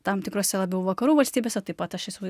tam tikrose labiau vakarų valstybėse taip pat aš esu